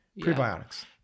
Prebiotics